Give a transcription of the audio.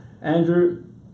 Andrew